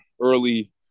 early